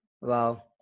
Wow